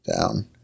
down